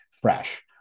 fresh